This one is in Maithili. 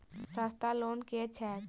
सस्ता लोन केँ छैक